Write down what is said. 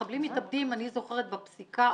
מחבלים מתאבדים, אני זוכרת מהפסיקה,